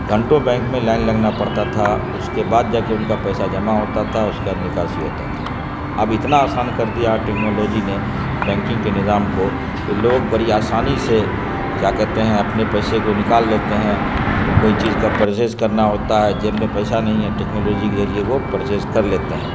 گھنٹوں بینک میں لائن لگنا پڑتا تھا اس کے بعد جا کے ان کا پیسہ جمع ہوتا تھا اس کا نکاسی ہوتا تھا اب اتنا آسان کر دیا ہے ٹیکنالوجی نے بینکنگ کے نظام کو کہ لوگ بڑی آسانی سے کیا کہتے ہیں اپنے پیسے کو نکال لیتے ہیں کوئی چیز کا پرچیز کرنا ہوتا ہے جیب میں پیسہ نہیں ہے ٹیکنالوجی کے ذریعے وہ پرچیز کر لیتے ہیں